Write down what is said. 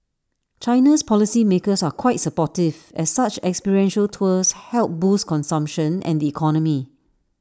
China's policy makers are quite supportive as such experiential tours help boost consumption and economy